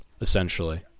essentially